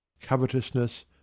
covetousness